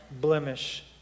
blemish